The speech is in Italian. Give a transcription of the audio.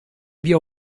via